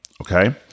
okay